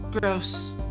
Gross